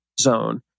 zone